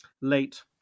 late